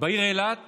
בעיר אילת